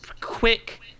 quick